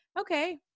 okay